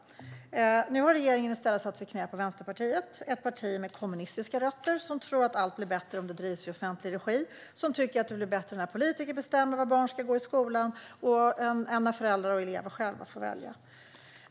Nu har regeringen i stället satt sig i knät på Vänsterpartiet, ett parti med kommunistiska rötter som tror att allt blir bättre om det drivs i offentlig regi och som tycker att det blir bättre när politiker bestämmer var barn ska gå i skolan än när föräldrar och elever själva får välja.